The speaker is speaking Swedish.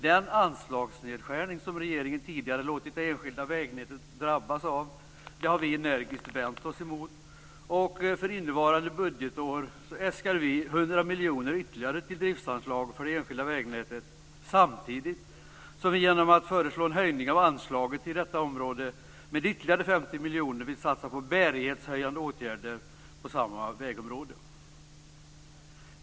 Den anslagsnedskärning som regeringen tidigare låtit det enskilda vägnätet drabbas av har vi energiskt vänt oss emot. För innevarande budgetår äskar vi 100 miljoner ytterligare i driftsanslag för det enskilda vägnätet. Samtidigt som vi vill höja anslaget till detta område med ytterligare 50 miljoner, vill vi satsa på bärighetshöjande åtgärder på samma vägområde.